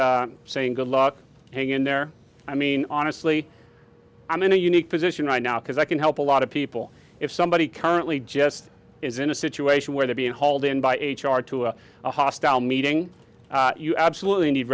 saying good luck hang in there i mean honestly i'm in a unique position right now because i can help a lot of people if somebody currently just is in a situation where they're being hauled in by h r to a hostile meeting you absolutely need